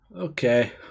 okay